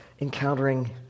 encountering